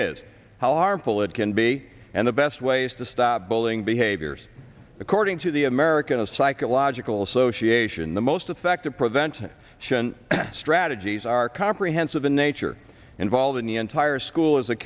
is how harmful it can be and the best ways to stop bullying behaviors according to the american psychological association the most effective prevention strategies are comprehensive in nature involving the entire school as a